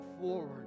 forward